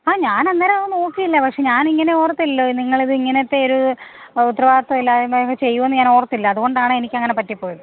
അ ഞാനന്നേരമത് നോക്കിയില്ല പക്ഷെ ഞാനിങ്ങനെ ഓർത്തില്ലല്ലോ നിങ്ങളിതിങ്ങനത്തെ ഒരു ഉത്തരവാദിത്വമില്ലായ്മയങ്ങ് ചെയ്യുമെന്ന് ഞാനോർത്തില്ല അതു കൊണ്ടാണ് എനിക്കങ്ങനെ പറ്റിപ്പോയത്